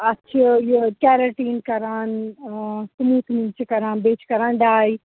اَتھ چھِ یہِ کیٚراٹیٖن کَران سموٗتھنِنٛگ چھِ کَران بیٚیہِ چھِ کَران ڈاے